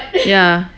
ya